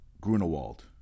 Grunewald